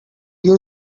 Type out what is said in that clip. you